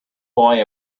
boy